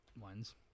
ones